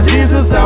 Jesus